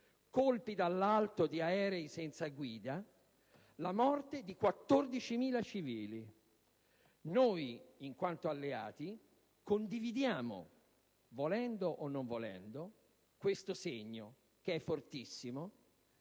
colpi dall'alto da aerei senza guida, la morte di 14.000 civili. Noi, in quanto alleati, condividiamo - volendo o non volendo - questo segno fortissimo,